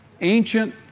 ancient